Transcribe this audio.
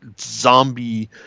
zombie